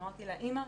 אמרתי לה: אמא,